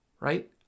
Right